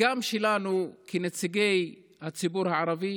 גם שלנו כנציגי הציבור הערבי